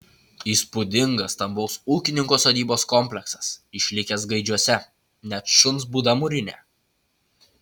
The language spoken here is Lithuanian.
įspūdingas stambaus ūkininko sodybos kompleksas išlikęs gaidžiuose net šuns būda mūrinė